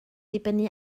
dibynnu